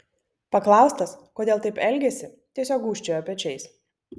paklaustas kodėl taip elgėsi tiesiog gūžčiojo pečiais